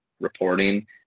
reporting